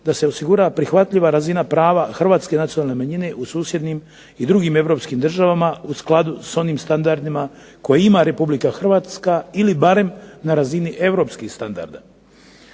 da se osigura prihvatljiva razina prava hrvatske nacionalne manjine u susjednim i drugim europskim državama u skladu s onim standardima koje ima Republika Hrvatska ili barem na razini europskih standarda.